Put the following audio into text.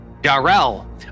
Darrell